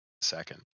second